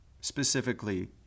specifically